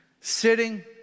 Sitting